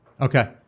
Okay